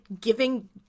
giving